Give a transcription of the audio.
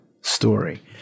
story